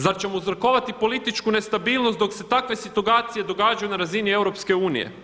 Zar ćemo uzrokovati političku nestabilnost dok se takve situacije događaju na razini EU?